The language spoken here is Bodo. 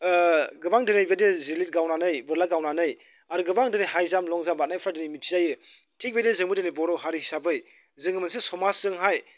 गोबां दिनै बिदिनो जिलिद गावनानै बोरला गावनानै आरो गोबां दिनै हाइ जाम्प लं जाम्प बारनायफ्रा दिनै मिथिजायो थिग बिदिनो जोंबो दिनै बर' हारि हिसाबै जोङो मोनसे समाजजोंहाय